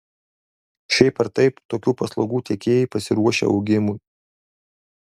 šiaip ar taip tokių paslaugų tiekėjai pasiruošę augimui